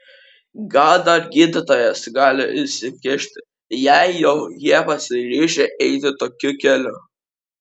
gal dar gydytojas gali įsikišti jei jau jie pasiryžę eiti tokiu keliu